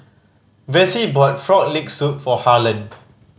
Vassie brought Frog Leg Soup for Harlen